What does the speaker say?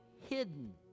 hidden